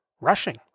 rushing